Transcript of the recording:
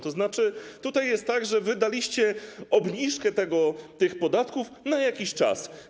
To znaczy tutaj jest tak, że wy daliście obniżkę tych podatków na jakiś czas.